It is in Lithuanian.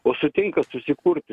o sutinka susikurti